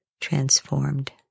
transformed